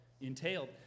entailed